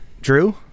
Drew